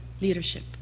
leadership